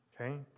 Okay